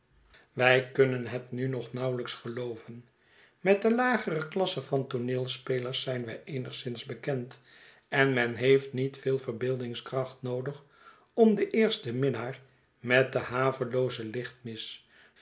wij kunnen het nu nog nauwelijks gelooven met de lager e klasse van tooneelspelers zijn wij eenigszins bekend en men heeft niet veelverbeeldingskracht noodig om den eersten minnaar met den haveloozen lichtmis